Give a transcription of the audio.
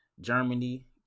Germany